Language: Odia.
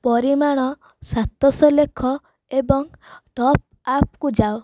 ପରିମାଣ ସାତ ଶହ ଲେଖ ଏବଂ ଟପ ଆପକୁ ଯାଅ